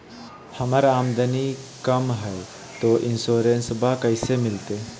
हमर आमदनी कम हय, तो इंसोरेंसबा कैसे मिलते?